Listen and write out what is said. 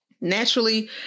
Naturally